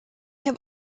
have